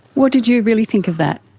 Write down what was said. what did you really think of that?